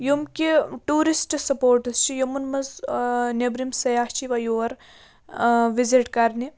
یِم کہِ tourist spots چھِ یِمَن منٛز نیٚبرِم سیاح چھِ یِوان یور وِزِٹ کَرنہِ